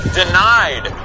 denied